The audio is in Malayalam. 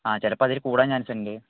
ആ ചിലപ്പം അതിൽ കൂടാൻ ചാൻസ് ഉണ്ട്